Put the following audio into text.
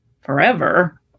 Forever